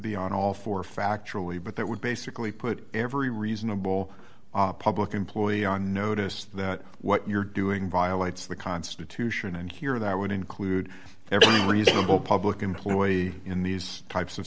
be on all four factually but that would basically put every reasonable public employee on notice that what you're doing violates the constitution and here that would include everything reasonable public employee in these types of